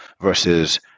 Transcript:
versus